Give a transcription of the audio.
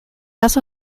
also